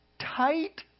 tight